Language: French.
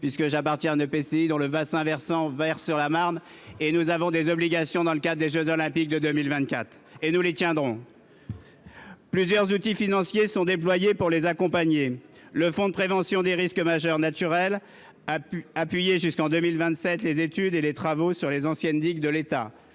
puisque j'appartiens à un EPCI dont le bassin verse sur la Marne et que nous avons donc des obligations dans le cadre des jeux Olympiques de 2024- et nous les tiendrons ! Plusieurs outils financiers sont déployés pour les accompagner : le fonds de prévention des risques naturels majeurs (FPRNM) appuiera jusqu'en 2027 les études et les travaux sur les anciennes digues de l'État